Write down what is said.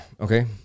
Okay